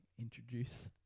introduce